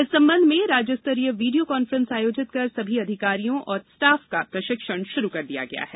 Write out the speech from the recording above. इस संबंध में राज्य स्तरीय वीडियो कॉन्फ्रेंस आयोजित कर सभी अधिकारियों एवं स्टॉफ का प्रशिक्षण पूर्ण कर लिया गया है